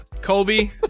Colby